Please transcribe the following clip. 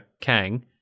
Kang